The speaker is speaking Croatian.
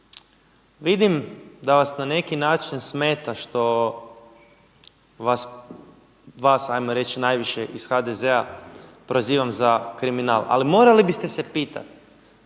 vidim da vas na neki način smeta što ajmo reći najviše iz HDZ-a prozivam za kriminal. Ali morali biste se pitati